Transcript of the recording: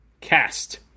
cast